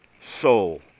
soul